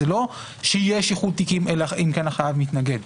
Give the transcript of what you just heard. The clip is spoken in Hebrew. זה לא שיש איחוד תיקים אלא אם כן החייב מתנגד,